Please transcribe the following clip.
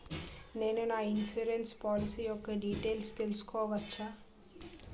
నేను నా insurance policy యెక్క డీటైల్స్ తెల్సుకోవచ్చా?